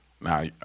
Now